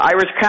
Irish